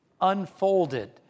unfolded